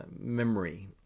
memory